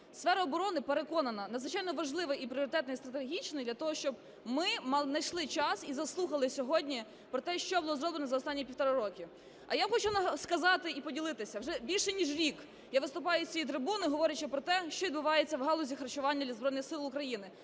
сфера оборони, переконана, надзвичайно важлива і пріоритетна, і стратегічна для того, щоб ми знайшли час і заслухали сьогодні про те, що було зроблено за останні півтора року. А я хочу сказати і поділитися. Вже більш ніж рік я виступаю з цієї трибуни, говорячи про те, що відбувається в галузі харчування Збройних